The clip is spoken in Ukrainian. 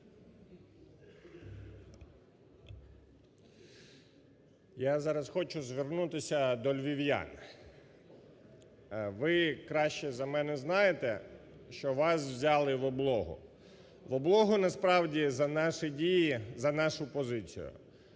Я зараз хочу звернутися до львів'ян. Ви краще за мене знаєте, що вас взяли в облогу, в облогу насправді за наші дії, за нашу позицію,